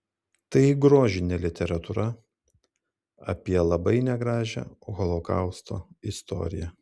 tai grožinė literatūra apie labai negražią holokausto istoriją